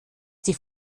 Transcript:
die